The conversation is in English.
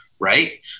right